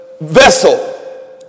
vessel